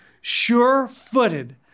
sure-footed